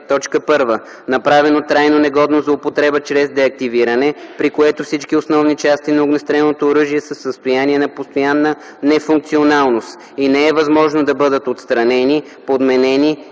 когато е: 1. направено трайно негодно за употреба чрез деактивиране, при което всички основни части на огнестрелното оръжие са в състояние на постоянна нефункционалност и не е възможно да бъдат отстранени, подменени или